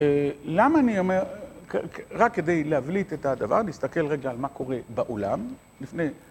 למה אני אומר, רק כדי להבליט את הדבר, נסתכל רגע על מה קורה בעולם.